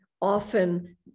often